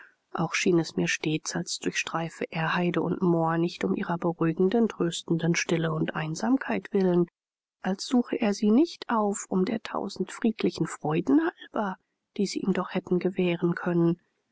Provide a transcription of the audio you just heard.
auch schien es mir stets als durchstreife er heide und moor nicht um ihrer beruhigenden tröstenden stille und einsamkeit willen als suche er sie nicht auf um der tausend friedlichen freuden halber die sie ihm doch hätten gewähren können